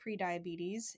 prediabetes